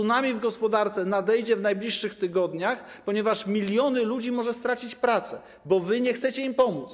Tsunami w gospodarce nadejdzie w najbliższych tygodniach, ponieważ miliony ludzi mogą stracić pracę, bo wy nie chcecie im pomóc.